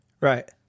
Right